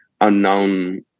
unknown